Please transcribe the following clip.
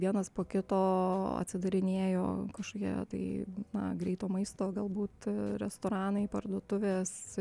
vienas po kito atsidarinėjo kažkokia tai na greito maisto galbūt restoranai parduotuvės